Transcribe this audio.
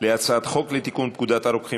להצעת חוק ההתייעלות הכלכלית (תיקוני חקיקה